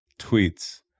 tweets